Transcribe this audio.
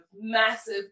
massive